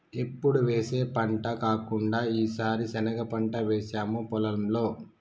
ఎప్పుడు వేసే పంట కాకుండా ఈసారి శనగ పంట వేసాము పొలంలో